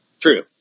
True